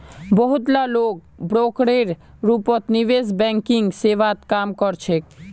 बहुत ला लोग ब्रोकरेर रूपत निवेश बैंकिंग सेवात काम कर छेक